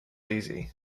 easy